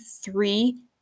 three